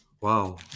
Wow